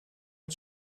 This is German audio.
mit